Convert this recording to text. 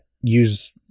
use